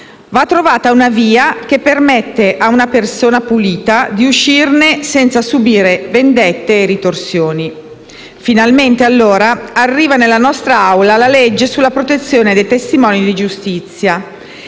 Va trovata una via che permetta a una persona pulita di uscirne senza subire vendette e ritorsioni». Finalmente allora arriva nella nostra Aula la legge sulla protezione dei testimoni di giustizia.